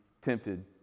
tempted